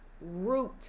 root